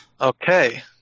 okay